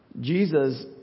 Jesus